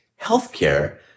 healthcare